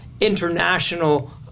international